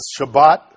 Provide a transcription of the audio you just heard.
Shabbat